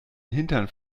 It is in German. hintern